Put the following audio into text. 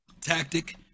tactic